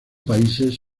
países